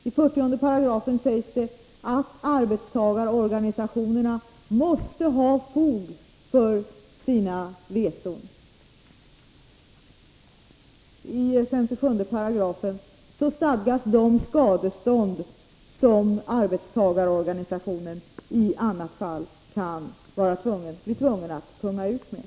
I 40 § står det att — den fackliga arbetstagarorganisationerna måste ha fog för sina veton, och i 57 § finns det — vetorätten enligt stadganden om de skadestånd som arbetstagarorganisationen i annat fall kan — medbestämmandebli tvungen att punga ut med.